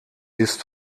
ist